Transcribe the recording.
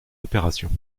opérations